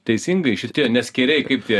teisingai šitie ne skėriai kaip tie